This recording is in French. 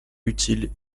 utile